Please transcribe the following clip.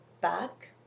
back